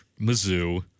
Mizzou